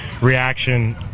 reaction